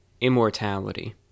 immortality